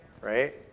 Right